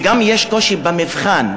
וגם יש קושי במבחן,